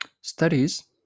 studies